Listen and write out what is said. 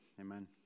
Amen